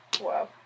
Wow